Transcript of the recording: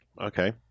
okay